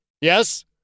Yes